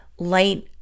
light